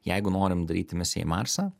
jeigu norim daryti misiją į marsą